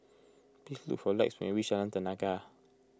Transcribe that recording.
please look for Lex when you reach Jalan Tenaga